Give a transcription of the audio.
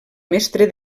mestre